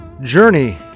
journey